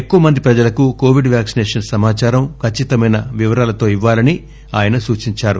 ఎక్కువ మంది ప్రజలకు కోవిడ్ వ్యాక్సినేషన్ సమాచారం ఖచ్చితమైన వివరాలతో ఇవ్వాలని ఆయన సూచించారు